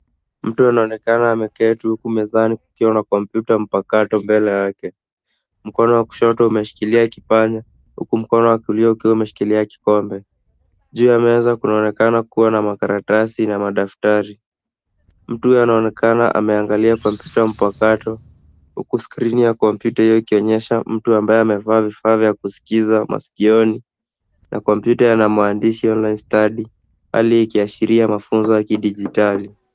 Mtu anaonekana ameketu huku mezani kukiwa na kompyuta mpakato mbele yake. Mkono wa kushoto umeshikilia kipanya huku mkono wa kulia ukiwa umeshikilia kikombe. Juu ya meza kunaonekana kuwa na makaratasi na madaftari. Mtu huyu anaonekana akiangalia komyuta mpakato huku skrini ya komyuta ikionyesha mtu ambaye amevaa vifaa vya kuskiza masikioni na kompyuta ina maandishi online study , hali ikiashiria mafunzo ya kidijitali.